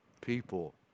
people